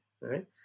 right